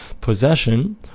possession